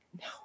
No